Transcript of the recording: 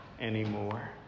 anymore